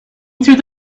through